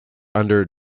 under